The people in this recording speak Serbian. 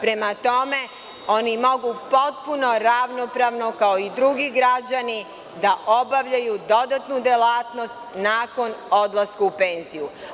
Prema tome, oni mogu potpuno ravnopravno, kao i drugi građani, da obavljaju dodatnu delatnost nakon odlaska u penziju.